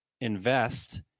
invest